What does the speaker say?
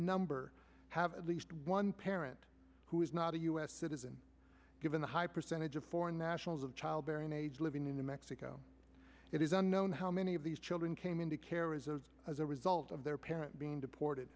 number have at least one parent who is not a u s citizen given the high percentage of foreign nationals of childbearing age living in the mexico it is unknown how many of these children came into care as a as a result of their parent being deported